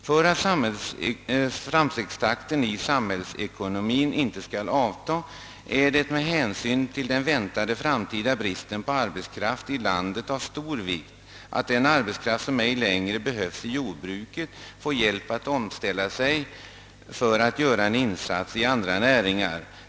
För att framstegstakten i samhällsekonomin inte skall avta är det med hänsyn till den väntade framtida bristen på arbetskraft i landet av stor vikt att den arbetskraft som ej längre behövs i jordbruket får hjälp att omställa sig för att göra en insats i andra näringar.